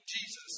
Jesus